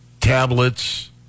tablets